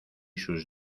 sus